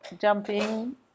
jumping